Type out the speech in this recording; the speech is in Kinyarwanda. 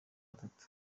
atatu